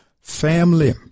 family